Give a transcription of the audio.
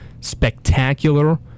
spectacular